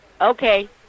Okay